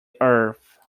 earth